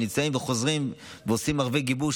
והם נמצאים וחוזרים ועושים הרבה גיבוש,